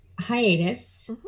hiatus